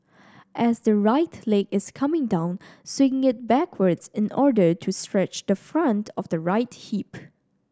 as the right leg is coming down swing it backwards in order to stretch the front of the right hip